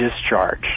discharge